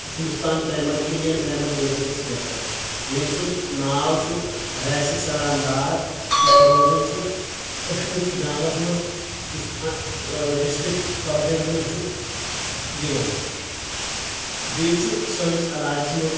Hindustan premier Indian premier leagues منٛز select ییٚمۍ سُنٛد ناو چھُ ریسِک سلام ڈار یُس روزان چھُ أشمُچی گامس منٛز یُس ان ڈسٹرکٹ کۄگٲمِس منٛز چھُ یِوان بیٚیہِ چھُ سٲنِس علاقعس منٛز